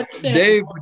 Dave